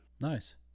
Nice